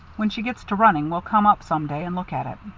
when she gets to running we'll come up some day and look at it.